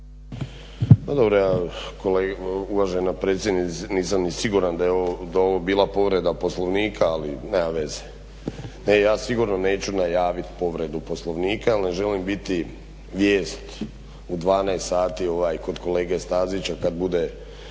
dobro ja uvažena predsjednice nisam ni siguran da je ovo bila povreda Poslovnika, ali nema veze. Ne, ja sigurno neću najaviti povredu Poslovnika jer ne želim biti vijest u 12,00 sati kod kolege Stazića kad bude